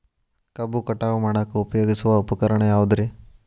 ಕಬ್ಬು ಕಟಾವು ಮಾಡಾಕ ಉಪಯೋಗಿಸುವ ಉಪಕರಣ ಯಾವುದರೇ?